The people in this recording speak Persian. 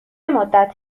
مدت